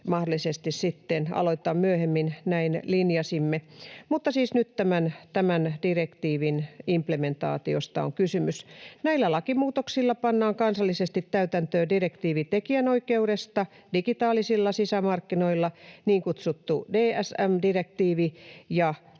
mahdollisesti aloitetaan myöhemmin, näin linjasimme, mutta siis nyt tämän direktiivin implementaatiosta on kysymys. Näillä lakimuutoksilla pannaan kansallisesti täytäntöön direktiivi tekijänoikeudesta digitaalisilla sisämarkkinoilla, niin kutsuttu DSM-direktiivi